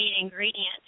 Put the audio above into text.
ingredients